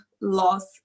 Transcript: Loss